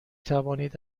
توانید